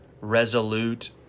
resolute